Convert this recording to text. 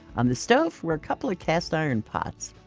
on the stove were a couple of cast-iron pots